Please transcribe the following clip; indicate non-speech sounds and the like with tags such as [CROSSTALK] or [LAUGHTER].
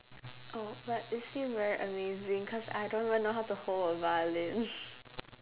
oh but it's still very amazing cause I don't even know how to hold a violin [BREATH]